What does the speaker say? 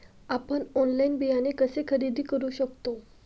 आपण ऑनलाइन बियाणे कसे खरेदी करू शकतो?